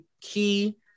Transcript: key